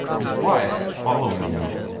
his wife, following him,